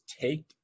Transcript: take